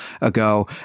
ago